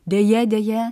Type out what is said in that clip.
deja deja